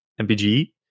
MPG